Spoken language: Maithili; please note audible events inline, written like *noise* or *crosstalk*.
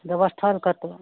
व्यवस्था *unintelligible*